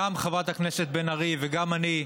גם חברת הכנסת בן ארי וגם אני,